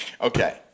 Okay